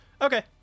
Okay